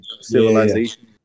civilization